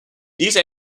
these